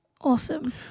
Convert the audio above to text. Awesome